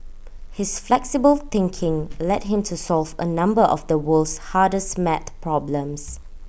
his flexible thinking led him to solve A number of the world's hardest maths problems